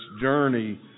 journey